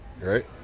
right